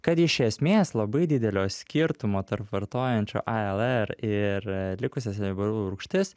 kad iš esmės labai didelio skirtumo tarp vartojančio alr ir likusias riebalų rūgštis